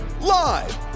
live